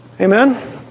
Amen